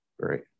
Great